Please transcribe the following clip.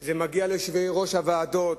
זה מגיע ליושבי-ראש הוועדות,